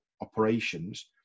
operations